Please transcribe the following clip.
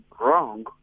wrong